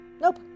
Nope